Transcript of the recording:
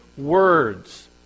words